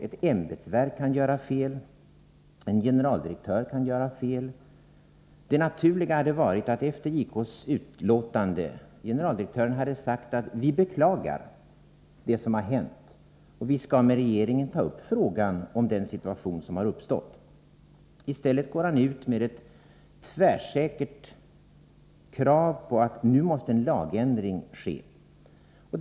Ett ämbetsverk kan göra fel, och en generaldirektör kan göra fel. Det naturliga hade varit att generaldirektören efter JK:s utlåtande hade sagt: Vi beklagar det som har hänt, och vi skall med regeringen ta upp frågan om den situation som har uppstått. I stället går han ut med ett tvärsäkert krav på att en lagändring nu måste ske.